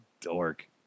dork